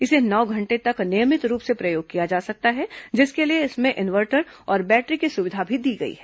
इसे नौ घंटे तक नियमित रूप से प्रयोग किया जा सकता है जिसके लिए इसमें इंवर्टर और बैटरी की सुविधा भी दी गई है